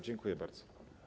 Dziękuję bardzo.